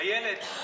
איילת,